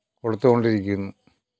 കൊടുത്തുകൊണ്ടിരിക്കുന്നു